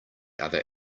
other